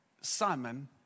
Simon